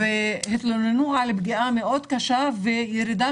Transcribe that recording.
והתלוננו על פגיעה מאוד קשה וירידה